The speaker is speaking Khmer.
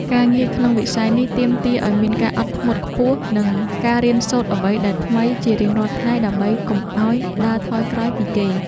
ការងារក្នុងវិស័យនេះទាមទារឱ្យមានការអត់ធ្មត់ខ្ពស់ និងការរៀនសូត្រអ្វីដែលថ្មីជារៀងរាល់ថ្ងៃដើម្បីកុំឱ្យដើរថយក្រោយពីគេ។